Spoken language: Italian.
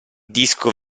disco